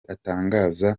atangaza